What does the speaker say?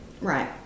Right